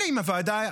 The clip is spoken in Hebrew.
למילואימניקים.